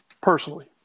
personally